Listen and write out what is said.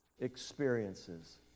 experiences